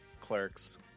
Clerks